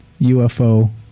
UFO